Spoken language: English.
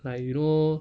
like you know